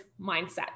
mindset